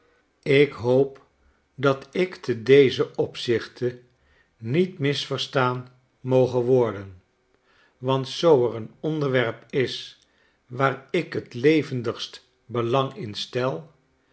ik hoop dat ik te dezen opzichte niet misverstaan moge worden want zoo er een onderwerp is waar ik t levendigst belang in stel